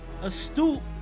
astute